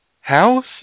House